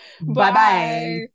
Bye-bye